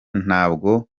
ntabwo